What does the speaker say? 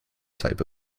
type